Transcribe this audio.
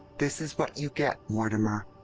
this is what you get, mortimer.